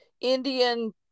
Indian